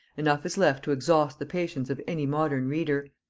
enough is left to exhaust the patience of any modern reader.